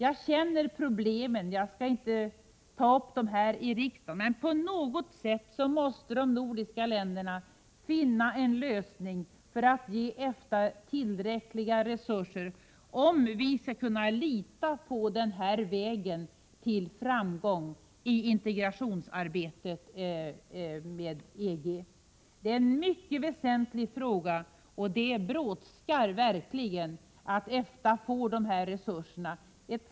Jag känner till problemen och skall inte ta upp detaljerna i riksdagen, men på något sätt måste de nordiska länderna finna en lösning för att ge EFTA tillräckliga resurser, om vi skall kunnalita på denna väg till framgång i integrationsarbetet med EG. Det är en mycket väsentlig fråga, och det brådskar verkligen med resurserna för EFTA.